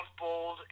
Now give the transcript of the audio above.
bold